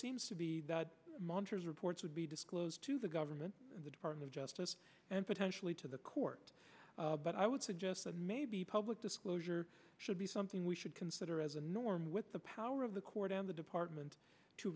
seems to be that monitors reports would be disclosed to the government the department of justice and potentially to the court but i would suggest that maybe public disclosure should be something we should consider as a norm with the power of the court and the department to